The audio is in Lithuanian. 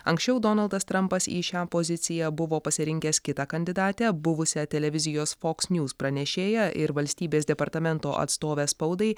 anksčiau donaldas trampas į šią poziciją buvo pasirinkęs kitą kandidatę buvusią televizijos fox news pranešėją ir valstybės departamento atstovę spaudai